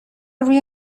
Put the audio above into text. روی